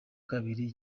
kabiri